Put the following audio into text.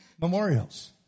memorials